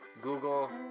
Google